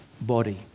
body